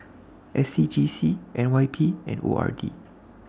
SCGC NYP and ORD